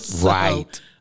right